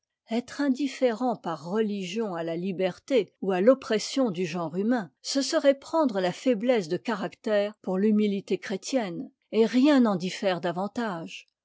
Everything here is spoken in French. etre indifférent par religion à la liberté ou à l'oppression du genre humain ce serait prendre la faiblesse de caractère pour l'humilité chrétienne et rien n'en diffère davantage